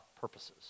purposes